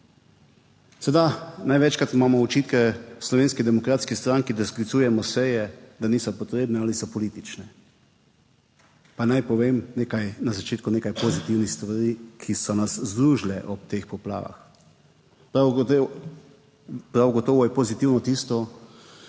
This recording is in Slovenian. Seveda, največkrat imamo očitke v Slovenski demokratski stranki, da sklicujemo seje, da niso potrebne ali so politične. Pa naj povem nekaj na začetku, nekaj pozitivnih stvari, ki so nas združile ob teh poplavah. Prav gotovo je pozitivno tisto,